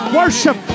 worship